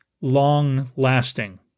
long-lasting